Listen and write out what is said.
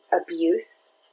abuse